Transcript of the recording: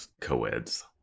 co-eds